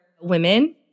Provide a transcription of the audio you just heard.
women